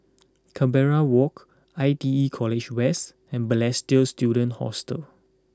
Canberra Walk I T E College West and Balestier Student Hostel